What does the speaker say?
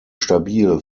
stabil